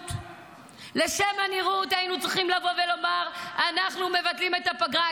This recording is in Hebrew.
הנראות היינו צריכים לבוא ולומר שאנחנו מבטלים את הפגרה.